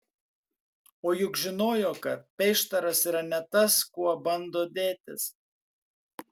o juk žinojo kad peištaras yra ne tas kuo bando dėtis